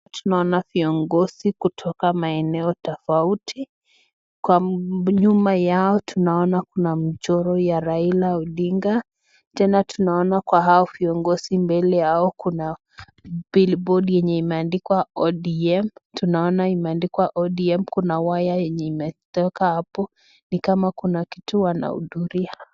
Tunaona viongozi kutoka maeneo tofauti, kwa nyuma yao tunaona kuna mchoro ya Raila Odinga tena tunaona kwa hao viongozi mbele yao kuna billboard yenye imeandikwa ODM, kuna waya yenye imetoka hapo nikama kuna kitu wanahuduria.